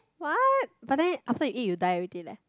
what but then after you eat you die already leh